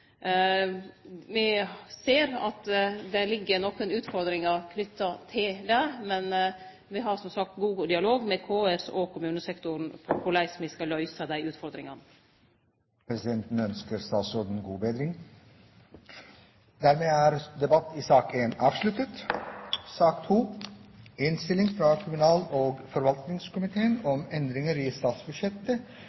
ser at det ligg nokre utfordringar knytte til det, men vi har som sagt god dialog med KS og kommunesektoren om korleis me skal møte dei utfordringane. Presidenten ønsker statsråden god bedring. Flere har ikke bedt om ordet til sak